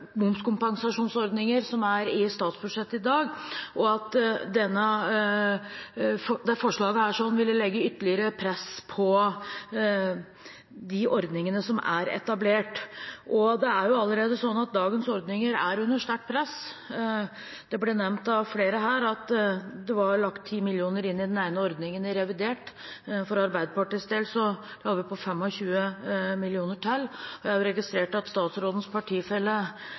i statsbudsjettet i dag, og at dette forslaget ville legge ytterligere press på de ordningene som er etablert – og det er jo allerede sånn at dagens ordninger er under sterkt press. Det ble nevnt av flere her at det var lagt 10 mill. kr inn i den ene ordningen i revidert. For Arbeiderpartiets del la vi på 25 mill. kr til. Jeg registrerte at statsrådens partifelle